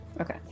Okay